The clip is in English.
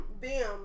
Bim